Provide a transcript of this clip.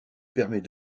permet